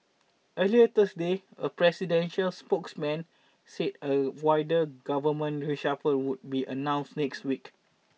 earlier Thursday a presidential spokesman said a wider government reshuffle would be announced next week